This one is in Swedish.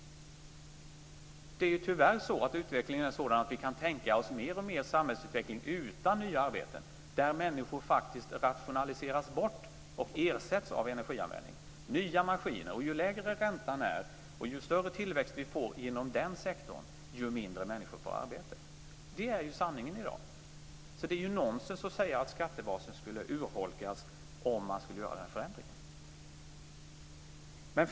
Tyvärr är utvecklingen sådan att vi kan tänka oss mer och mer samhällsutveckling utan nya arbeten, där människor faktiskt rationaliseras bort och ersätts av energianvändning med nya maskiner. Ju lägre räntan är och ju större tillväxt vi får inom den sektorn, desto färre människor får arbete. Detta är ju sanningen i dag. Det är nonsens att säga att skattebasen skulle urholkas om man skulle göra den föreslagna förändringen.